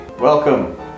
Welcome